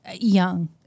young